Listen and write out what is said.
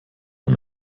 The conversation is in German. und